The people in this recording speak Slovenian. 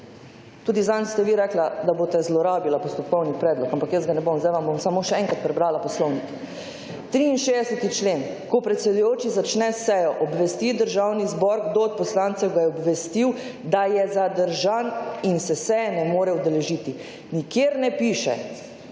tudi zadnjič ste vi rekla, da boste zlorabila postopkovni predlog, ampak jaz ga ne bom. Sedaj vam bom samo še enkrat prebrala Poslovnik: 63. člen: »Ko predsedujoči začne sejo obvesti Državni zbor kdo od poslancev ga je obvestil, da je zadržan in se seje ne more udeležiti.« Nikjer ne piše,